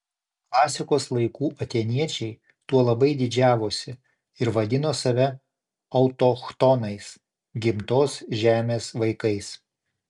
klasikos laikų atėniečiai tuo labai didžiavosi ir vadino save autochtonais gimtos žemės vaikais